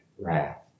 wrath